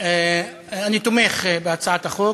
אני תומך בהצעת החוק,